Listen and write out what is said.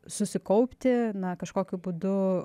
susikaupti na kažkokiu būdu